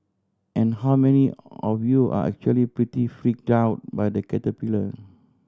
and how many of you are actually pretty freaked out by the caterpillar